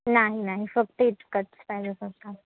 नाही नाही फक्त इतकंच पाहिजे होतं